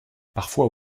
parfois